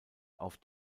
auf